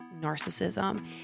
narcissism